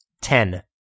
Ten